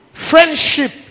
Friendship